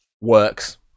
works